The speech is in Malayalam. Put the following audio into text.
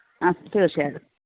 ആ തീർച്ചയായിട്ടും